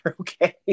okay